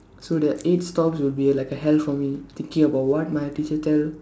so the eight stops will be like a hell for me thinking about what my teacher tell